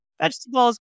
vegetables